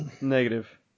Negative